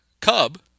Cub